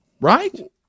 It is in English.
right